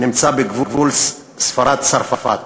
נמצא בגבול ספרד צרפת,